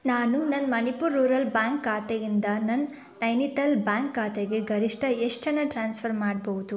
ನಾನು ನನ್ನ Manipur rural bank ಖಾತೆಯಿಂದ ನನ್ನ ನೈನಿತಾಲ್ ಬ್ಯಾಂಕ್ ಖಾತೆಗೆ ಗರಿಷ್ಟ ಎಷ್ಟು ಹಣ ಟ್ರಾನ್ಸ್ಫರ್ ಮಾಡ್ಬೋದು